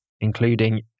including